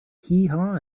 heehaw